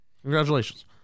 Congratulations